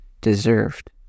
deserved